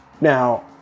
Now